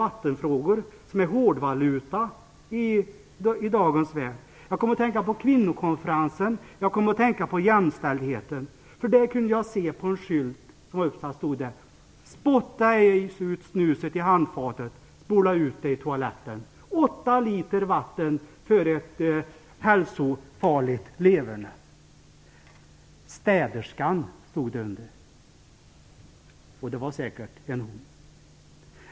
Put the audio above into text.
Vatten är hårdvaluta i dagens värld. Jag kom också att tänka på kvinnokonferensen och på jämställdheten. På skylten stod: "Spotta ej ut snuset i handfatet. Spola ut det i toaletten." Det är fråga om åtta liter vatten för ett hälsofarligt leverne. Skylten var undertecknad "Städerskan". Det är säkert en kvinna.